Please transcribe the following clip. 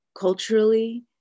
culturally